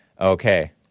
Okay